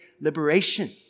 liberation